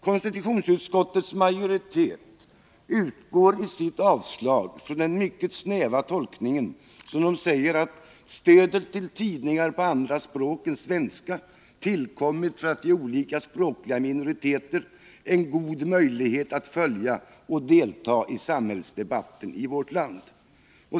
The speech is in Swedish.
Konstitutionsutskottets majoritet utgår i sitt avstyrkande från den mycket snäva tolkningen att ”stödet till tidningar på andra språk än svenska tillkommit för att ge olika språkliga minoriteter en god möjlighet att följa och delta i samhällsdebatten i vårt land”.